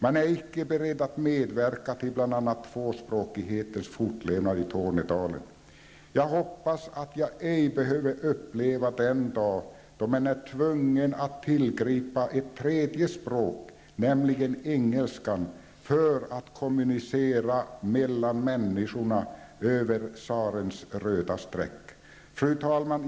Man är icke beredd att medverka till bl.a. tvåspråkighetens fortlevnad i Tornedalen. Jag hoppas att ej behöva uppleva den dag då man är tvungen att tillgripa ett tredje språk, nämligen engelskan, för att kommunicera mellan människor över ''tsarens röda streck''. Fru talman!